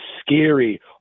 scary